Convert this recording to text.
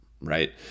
right